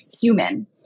human